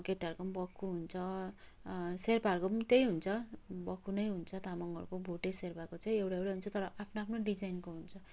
केटाहरूको पनि बक्खु हुन्छ शेर्पाहरूको पनि त्यही हुन्छ बक्खु नै हुन्छ तामाङहरूको भोटे शेर्पाको चाहिँ एउटा एउटै हुन्छ तर आफ्नो आफ्नो डिजाइनको हुन्छ